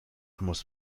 muss